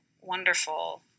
Wonderful